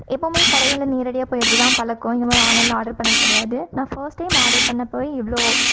எப்பவுமே கடைகளில் நேரடியாக போய் எடுத்துதான் பழக்கம் இந்த மாதிரி ஆன்லைனில் ஆட்ரு பண்ணிணது கிடையாது நான் ஃபஸ்ட் டைம் ஆடர் பண்ணப்பவே இவ்வளோ